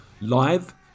live